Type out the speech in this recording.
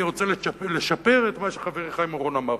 אני רוצה לשפר את מה שחברי חיים אורון אמר,